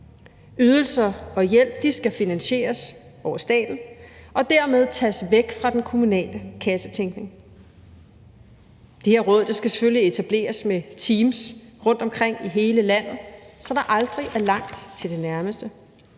Ydelser og hjælp skal finansieres af staten og dermed tages væk fra den kommunale kassetænkning. Det her råd skal selvfølgelig etableres med teams rundtomkring i hele landet, så der aldrig er langt til det nærmeste